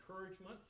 encouragement